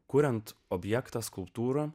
kuriant objektą skulptūrą